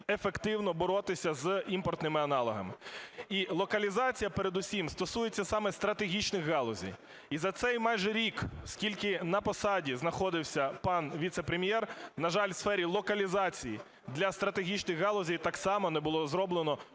ефективно боротися з імпортними аналогами. І локалізація передусім стосується саме стратегічних галузей. І за цей майже рік, скільки на посаді знаходився пан віцепрем'єр, на жаль, в сфері локалізації для стратегічних галузей так само не було зроблено